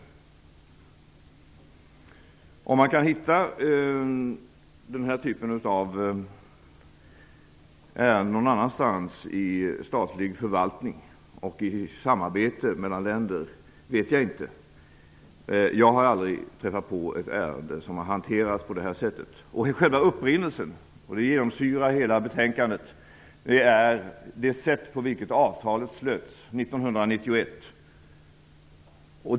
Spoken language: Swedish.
Jag vet inte om man kan hitta den här typen av ärenden någon annanstans i statlig förvaltning och i samarbete mellan länder, men jag har aldrig träffat på ett ärende som har hanterats på det här sättet. Själva upprinnelsen är det sätt på vilket avtalet slöts 1991 - det genomsyrar hela betänkandet.